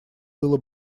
было